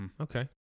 Okay